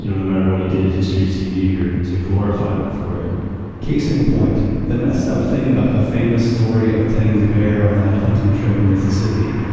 you know no matter what he did, history seemed eager to glorify him for it case in point, the messed up thing about the famous story of teddy's bear on that hunting trip in mississippi,